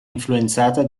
influenzata